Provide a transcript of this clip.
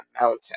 mountain